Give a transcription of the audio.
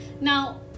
Now